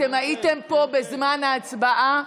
אתן הייתן פה בזמן ההצבעה?